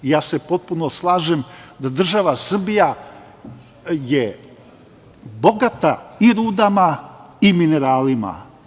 Ja se potpuno slažem da je država Srbija bogata i rudama i mineralima.